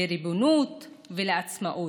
לריבונות ולעצמאות,